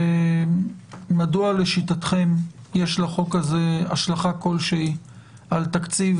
מדוע לשיטתכם יש לחוק הזה השלכה כלשהי על תקציב